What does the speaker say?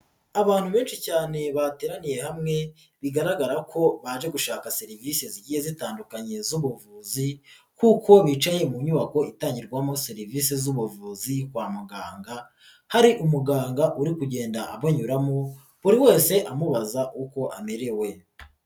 Abantu benshi cyane bateraniye hamwe bigaragara ko baje gushaka serivisi zigiye zitandukanye z'ubuvuzi kuko bicaye mu nyubako itangirwamo serivisi z'ubuvuzi kwa muganga hari umuganga uri kugenda abanyuramo buri wese amubaza uko amerewe.